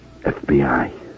FBI